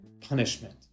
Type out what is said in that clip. punishment